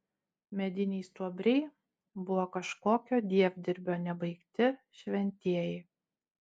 mediniai stuobriai buvo kažkokio dievdirbio nebaigti šventieji